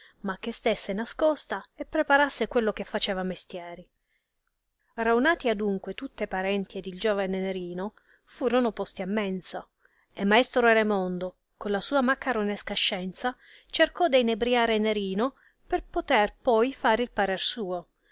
ma che stesse nascosta e preparasse quello che faceva mestieri raunati adunque tutti e parenti ed il giovane nerino furono posti a mensa e maestro raimondo con la sua maccaronesca scienza cercò de inebriare nerino per poter poi fare il parer suo